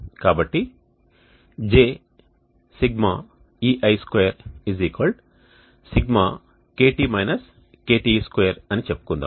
కాబట్టి J Σei2 Σ అని చెప్పుకుందాం